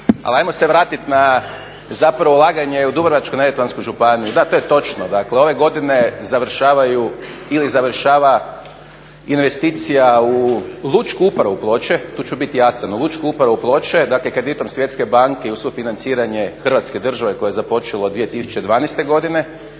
Ali hajmo se vratiti na zapravo ulaganje u Dubrovačko-neretvansku županiju. Da, to je točno. Dakle, ove godine završavaju ili završava investicija u Lučku upravu Ploče. Tu ću bit jasan, u Lučku upravu Ploče. Dakle, kreditom Svjetske banke i uz sufinanciranje Hrvatske države koje je započelo 2012. godine